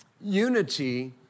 Unity